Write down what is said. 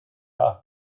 off